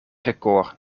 record